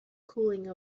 cooling